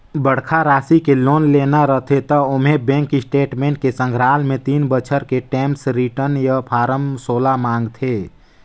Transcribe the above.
बड़खा रासि के लोन लेना रथे त ओम्हें बेंक स्टेटमेंट के संघराल मे तीन बछर के टेम्स रिर्टन य फारम सोला मांगथे